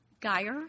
Geyer